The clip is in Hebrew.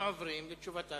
ראיתי שאתה,